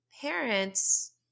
parents